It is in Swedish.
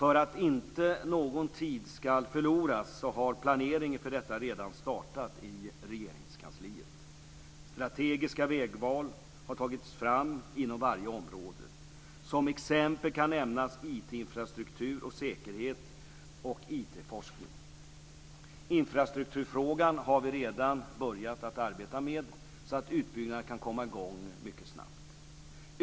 För att inte någon tid ska förloras har planering inför detta redan startat i Regeringskansliet. Strategiska vägval har tagits fram på varje område. Som exempel kan nämnas IT-infrastruktur, IT Infrastrukturfrågan har vi redan börjat arbeta med, så att utbyggnaden kan komma i gång mycket snabbt.